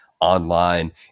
online